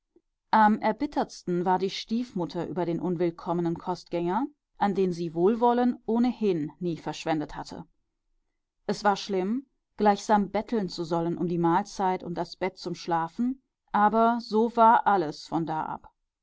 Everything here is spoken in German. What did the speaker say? am erbittertsten war die stiefmutter über den unwillkommenen kostgänger an den sie wohlwollen ohnehin nie verschwendet hatte es war schlimm gleichsam betteln zu sollen um die mahlzeit und das bett zum schlafen aber so war alles von da ab